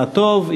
מה טוב,